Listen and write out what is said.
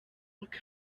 look